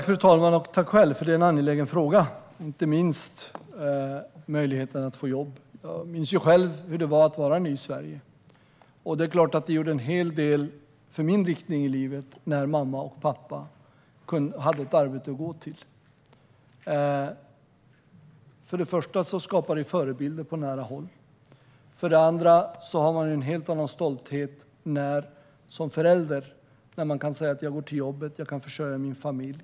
Fru talman! Tack, själv, detta är en angelägen fråga. Det gäller inte minst möjligheterna att få jobb. Jag minns själv hur det var att vara ny i Sverige. Det gjorde en hel del för min riktning i livet att mamma och pappa hade ett arbete att gå till. För det första skapade det förebilder på nära håll. För det andra har man som förälder en helt annan stolthet när man kan säga: Jag går till jobbet. Jag kan försörja min familj.